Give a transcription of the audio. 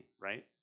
right